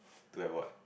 to have what